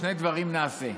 שני דברים נעשה.